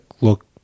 look